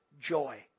joy